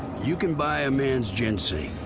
you can buy a man's ginseng,